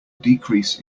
decrease